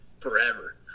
forever